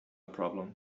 problem